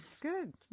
good